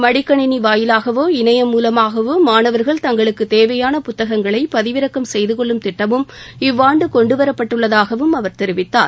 மடிக்கணினி வாயிலாகவே இணையம் மூலமாகவோ மாணவர்கள் தங்களுக்கு தேவையான புத்தகங்களை பதிவிறக்கம் திட்டமும் இவ்வாண்டு கொண்டுவரப்படவுள்ளதாகவும் அவர் தெரிவித்தார்